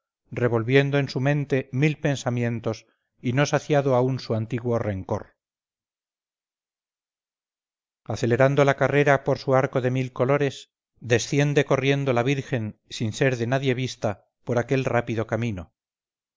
revolviendo en su mente mil pensamientos y no saciado aún su antiguo rencor acelerando la carrera por su arco de mil colores desciende corriendo la virgen sin ser de nadie vista por aquel rápido camino